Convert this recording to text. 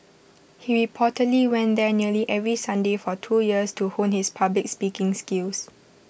he reportedly went there nearly every Sunday for two years to hone his public speaking skills